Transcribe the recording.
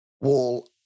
wall